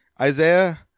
Isaiah